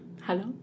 Hello